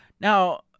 now